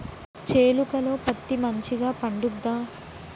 చేలుక లో పత్తి మంచిగా పండుద్దా?